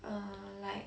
uh like